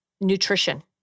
nutrition